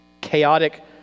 chaotic